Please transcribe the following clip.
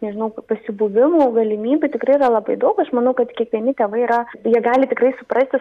nežinau pasibuvimo galimybių tikrai yra labai daug aš manau kad kiekvieni tėvai yra jie gali tikrai suprasti